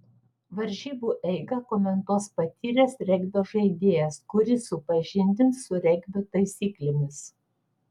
varžybų eigą komentuos patyręs regbio žaidėjas kuris supažindins su regbio taisyklėmis